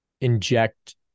inject